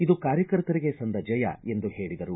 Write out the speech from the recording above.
ಇದು ಕಾರ್ಯಕರ್ತರಿಗೆ ಸಂದ ಜಯ ಎಂದು ಹೇಳಿದರು